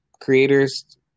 creators